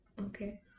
Okay